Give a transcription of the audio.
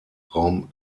raum